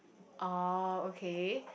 oh okay